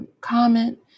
comment